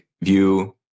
View